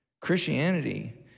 Christianity